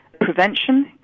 prevention